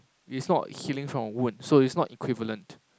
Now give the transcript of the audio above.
it's not healing from a wound so it's not equivalent